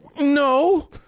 No